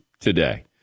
today